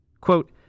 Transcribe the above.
Quote